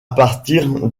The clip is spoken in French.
partir